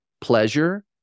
Pleasure